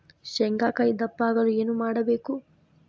ಶೇಂಗಾಕಾಯಿ ದಪ್ಪ ಆಗಲು ಏನು ಮಾಡಬೇಕು?